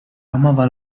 amava